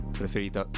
preferita